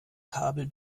kabel